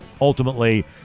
ultimately